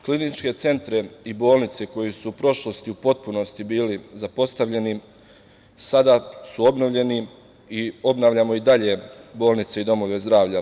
Kliničke centre i bolnice koji su u prošlosti u potpunosti bili zapostavljeni sada su obnovljeni i obnavljamo i dalje bolnice i domove zdravlja.